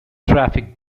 traffic